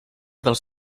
dels